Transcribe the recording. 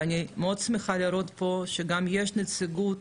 ואני מאוד שמחה לראות פה שיש גם נציגות